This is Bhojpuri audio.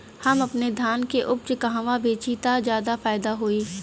हम अपने धान के उपज कहवा बेंचि त ज्यादा फैदा होई?